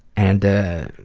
and